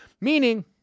meaning